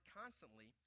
constantly